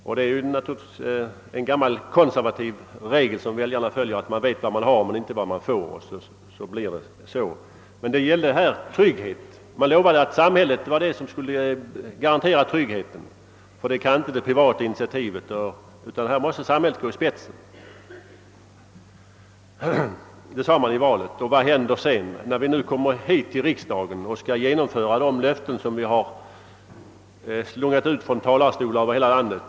Väljarna följer naturligtvis en gammal konservativ regel; de vet vad de har men vet inte vad de får. Här gällde det tryggheten. Man lovade att samhället skulle garantera denna, något som det privata initiativet inte skulle kunna göra. Här måste alltså samhället gå i spetsen. Så hette det före valet. Men vad händer när vi kommer till riksdagen för att genomföra de löften som slungades ut från talarstolar över hela landet?